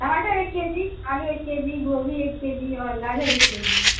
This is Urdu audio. ٹماٹر ایک کے جی آلو ایک کے جی گوبھی ایک کے جی اور گاجر ایک کے جی